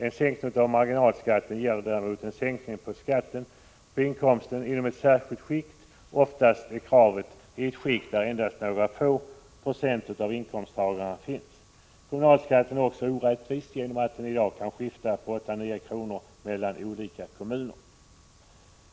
En sänkning av marginalskatten ger däremot en sänkning av skatten på inkomsten inom ett särskilt skikt, oftast gäller kravet ett skikt där endast några få procent av inkomsttagarna finns. Kommunalskatten är också orättvis genom att den i dag kan skilja 8-9 kr. mellan olika kommuner.